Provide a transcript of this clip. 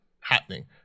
happening